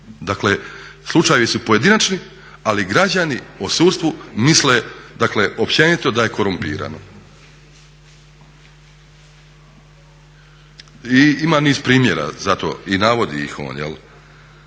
Dakle slučajevi su pojedinačni ali građani o sudstvu misle općenito da je korumpirano. I ima niz primjera za to i navodi ih on. Zbog